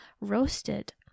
roasted